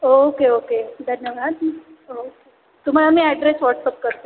okay okay धन्यवाद okay तुम्हाला मी ॲड्रेस वॉट्सअप करते